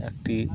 একটি